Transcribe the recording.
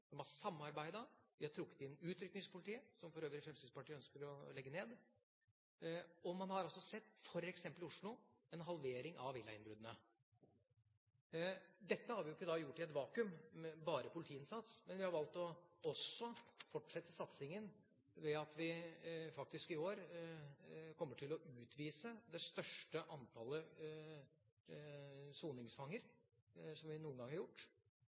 har samarbeidet, og man har trukket inn Utrykningspolitiet, som Fremskrittspartiet for øvrig ønsker å legge ned. Man har også sett – f.eks. i Oslo – en halvering av villainnbruddene. Dette har vi ikke gjort i et vakuum, bare med politiinnsats, men vi har også valgt å fortsette satsingen ved at vi i år faktisk kommer til å utvise det største antallet soningsfanger som vi noen gang har gjort,